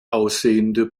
aussehende